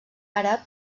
àrab